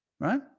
Right